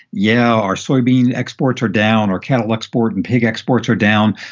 yeah our soybean exports are down or cattle export and pig exports are down.